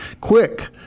Quick